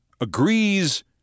agrees